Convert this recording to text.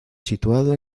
situado